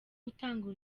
gutanga